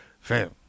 Fam